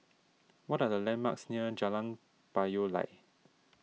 what are the landmarks near Jalan Payoh Lai